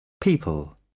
people